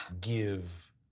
give